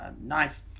nice